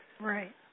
Right